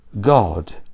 God